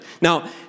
Now